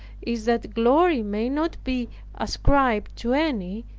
is that glory may not be ascribed to any,